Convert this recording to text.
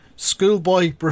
schoolboy